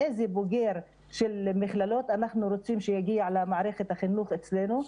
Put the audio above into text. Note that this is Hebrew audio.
איזה בוגר של מכללות אנחנו רוצים שיגיע למערכת החינוך אצלנו.